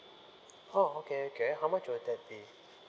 oh okay okay how much would that be